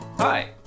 Hi